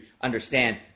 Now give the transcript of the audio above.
understand